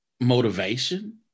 motivation